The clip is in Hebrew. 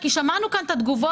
כי שמענו כאן את התגובות,